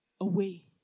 away